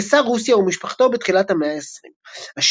קיסר רוסיה ומשפחתו בתחילת המאה ה-20.